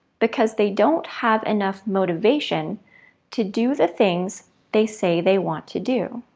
because they don't have enough motivation to do the things they say they want to do.